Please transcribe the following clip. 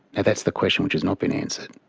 and that's the question which has not been answered.